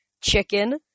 Chicken